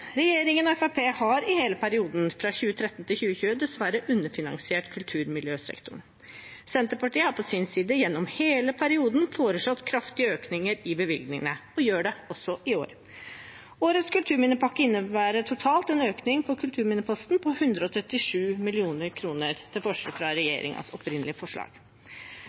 Regjeringen og Fremskrittspartiet har i hele perioden fra 2013 til 2020 dessverre underfinansiert kulturmiljøsektoren. Senterpartiet har på sin side gjennom hele perioden foreslått kraftige økninger i bevilgningene, og gjør det også i år. Årets kulturminnepakke innebærer totalt en økning på kulturminneposten på 137 mill. kr, til forskjell fra regjeringens opprinnelige forslag.